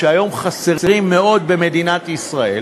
שהיום חסרים מאוד במדינת ישראל,